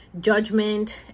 judgment